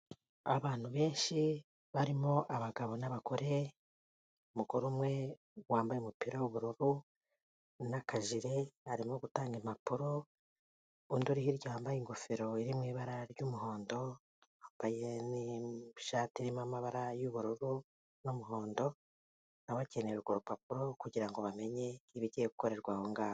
Abantu benshi barimo abagabo na bagore umugore, umwe wambaye umupira w'ubururu nakajIle, arimo gutanga impapuro. Undi uri hirya wambaye ingofero iri mu ibara ry'umuhondo, nishati y'amabara yubururu n'umuhondo, nawe akeneye urwo rupapuro kugirango bamenye ibigiye gukorerwa ahongaho.